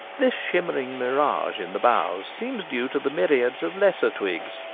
this shimmering mirage in the boughs seems due to the myriads of lesser twigs,